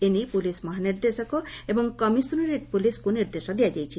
ଏନେଇ ପୁଲିସ ମହାନିର୍ଦ୍ଦେଶକ ଏବଂ କମିଶନରେଟ୍ ପୁଲିସକୁ ନିର୍ଦ୍ଦେଶ ଦିଆଯାଇଛି